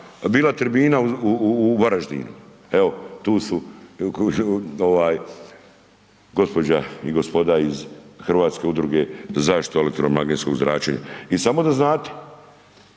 bila je tribina u Varaždinu, evo tu su gospođa i gospoda iz Hrvatske udruge za zaštitu od elektromagnetskog zračenja i samo da znate,